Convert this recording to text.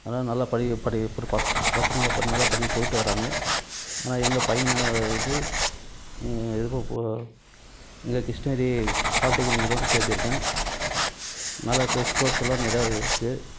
அதனால் நல்லா படி படி படி பசங்களை நல்லா படி போயிட்டு வராங்க ஆனால் எங்கள் பையனை வந்து எதுக்கும் கு இங்கே கிருஷ்ணகிரி பாலிடெக்னிக்கில் கொண்டு சேர்த்துருக்கேன் நல்லா கோர்ஸ் எல்லாம் நிறையா இருக்குது